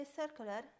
circular